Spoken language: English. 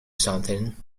something